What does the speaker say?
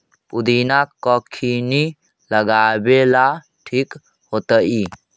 पुदिना कखिनी लगावेला ठिक होतइ?